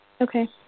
Okay